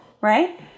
right